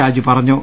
രാജു പറഞ്ഞു